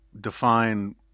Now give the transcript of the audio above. define